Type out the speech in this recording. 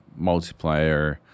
multiplayer